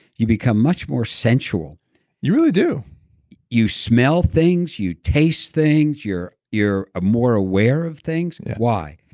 you become much more sensual you really do you smell things, you taste things, you're you're ah more aware of things, why?